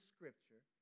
Scripture